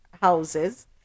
houses